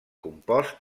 compost